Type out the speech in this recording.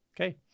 Okay